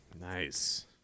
nice